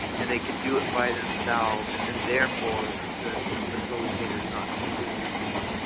and, they could do it by themselves and therefore the the facilitator is not needed anymore.